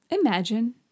imagine